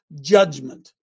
judgment